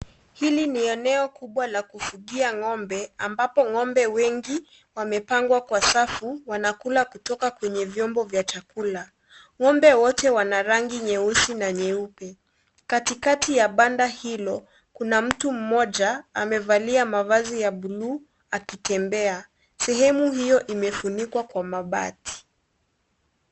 Hili ni eneo kubwa la kufugia ng'ombe ambapo ngombe wengi wamepangwa kwa safu. Wanakula kutoka kwenye vyombo vya chakula. Ng'ombe wote wana rangi nyeusi na nyeupe. Katikati ya banda moja, kuna mtu mmoja amevalia mavazi ya buluu akitembea. Sehemu hio imefunikwa kwa mabati.